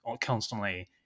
constantly